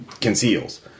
conceals